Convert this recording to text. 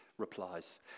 replies